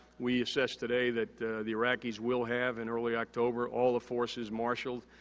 we assessed today that the iraqis will have in early october all the forces marshaled,